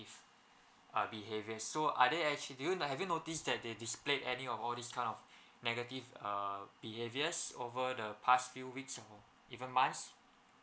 uh behavior so are they actually do you na~ have you noticed that they displayed any of all these kind of negative err behaviours over the past few weeks or even months